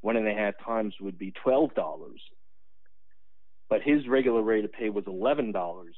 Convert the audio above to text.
when they had times would be twelve dollars but his regular rate of pay was eleven dollars